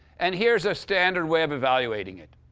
and here's a standard way of evaluating it.